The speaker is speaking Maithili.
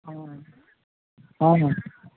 हँ हँ हँ